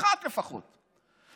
אחת לפחות,